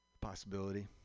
possibility